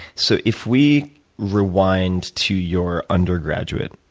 so if we rewind to your undergraduate,